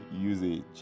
usage